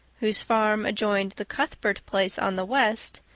whose farm adjoined the cuthbert place on the west,